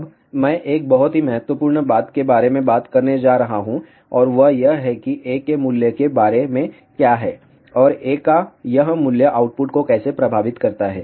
अब मैं एक बहुत ही महत्वपूर्ण बात के बारे में बात करने जा रहा हूं और वह यह है कि A के मूल्य के बारे में क्या है और A का यह मूल्य आउटपुट को कैसे प्रभावित करता है